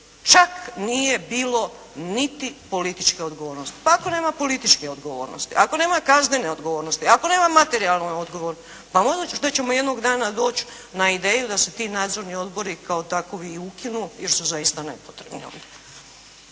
Čak nije bilo niti političke odgovornosti. Pa ako nema političke odgovornosti, ako nema kaznene odgovornosti, ako nema materijalne odgovornosti, pa onda ćemo valjda jednog dana doć' na ideju da se ti nadzorni odbori kao takovi i ukinu jer su zaista nepotrebni.